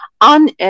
on